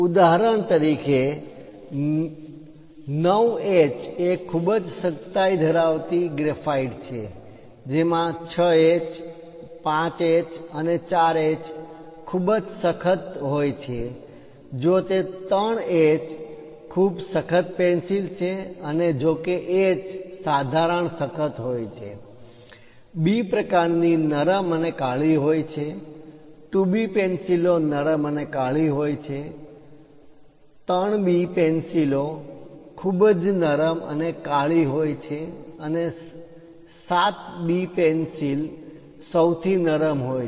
ઉદાહરણ તરીકે 9H એ ખૂબ જ સખતાઈ ઘરાવતી ગ્રેફાઇટ છે જેમાં 6H 5H અને 4H ખૂબ જ સખત હોય છે જો તે 3H ખૂબ સખત પેન્સિલ છે અને જો કે H સાધારણ સખત હોય છે B પ્રકારની નરમ અને કાળી હોય છે 2B પેન્સિલો નરમ અને કાળી હોય છે 3B પેન્સિલો ખૂબ જ નરમ અને કાળી હોય છે અને 7B પેન્સિલ સૌથી નરમ હોય છે